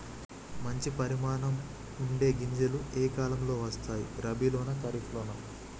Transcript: మంచి పరిమాణం ఉండే గింజలు ఏ కాలం లో వస్తాయి? రబీ లోనా? ఖరీఫ్ లోనా?